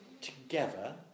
together